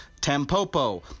Tampopo